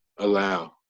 allow